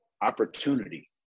opportunity